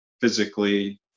physically